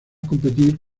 competir